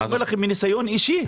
אני אומר לכם מניסיון אישי.